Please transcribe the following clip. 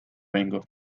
vengo